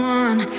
one